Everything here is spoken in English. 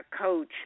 coach